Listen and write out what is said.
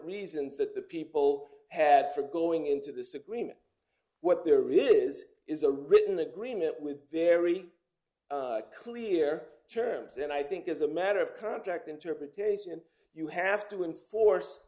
reasons that the people had for going into this agreement what there really is is a written agreement with very clear terms and i think as a matter of contract interpretation you have to enforce